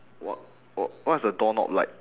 what wha~ what's the door knob like